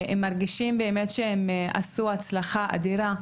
הם מרגישים שהם באמת הגיעו להצלחה אדירה.